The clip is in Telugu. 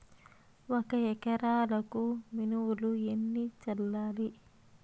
ఒక ఎకరాలకు మినువులు ఎన్ని చల్లాలి?